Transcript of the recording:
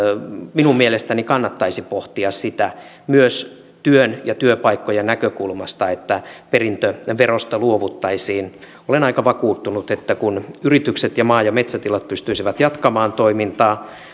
minun mielestäni kannattaisi pohtia myös työn ja työpaikkojen näkökulmasta sitä että perintöverosta luovuttaisiin olen aika vakuuttunut että kun yritykset ja maa ja metsätilat pystyisivät jatkamaan toimintaa